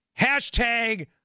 Hashtag